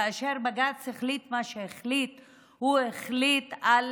כאשר בג"ץ החליט מה שהחליט הוא החליט על